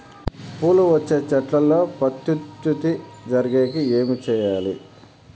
పూలు వచ్చే చెట్లల్లో ప్రత్యుత్పత్తి జరిగేకి ఏమి చేయాలి?